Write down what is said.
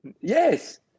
Yes